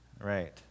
Right